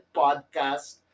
podcast